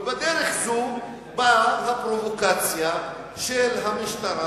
ובדרך זו באה הפרובוקציה של המשטרה,